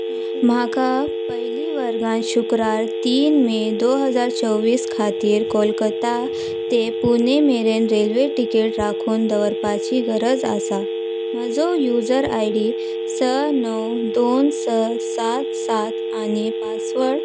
म्हाका पयली वर्गांत शुक्रार तीन मे दो हजार चोवीस खातीर कोलकता ते पुने मेरेन रेल्वे टिकेट राखून दवरपाची गरज आसा म्हजो यूजर आय डी स णव दोन स सात सात आनी पासवर्ड